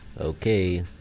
Okay